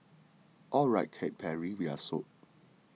alright Katy Perry we're sold